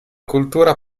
cultura